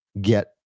get